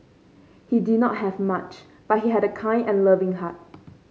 he did not have much but he had a kind and loving heart